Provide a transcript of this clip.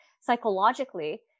psychologically